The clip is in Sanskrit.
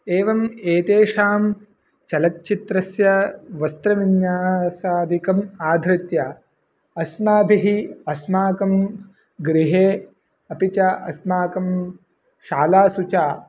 एवम् एतेषां चलच्चित्रस्य वस्त्रविन्यासादिकम् आधृत्य अस्माभिः अस्माकं गृहे अपि च अस्माकं शालासु च